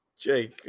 Jake